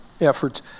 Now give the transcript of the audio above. efforts